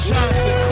Johnson